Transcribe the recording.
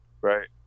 right